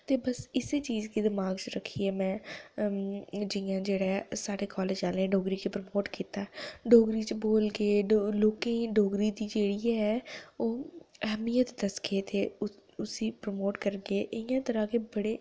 ते बस इस्सै चीज गी दमाग च रक्खियै' में जि'यां जेह्ड़ा ऐ साढ़े कालेज आह्लें डोगरी गी प्रमोट कीता ऐ डोगरी च बोलगे लोकें गी डोगरी दी जेह्ड़ी ऐ ओह् एहमियत दस्स गे ते उसी प्रमोट करगे इयां गै बड़े